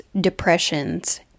depressions